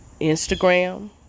Instagram